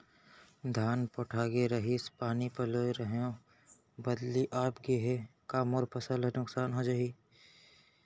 धान पोठागे रहीस, पानी पलोय रहेंव, बदली आप गे हे, का मोर फसल ल नुकसान हो जाही?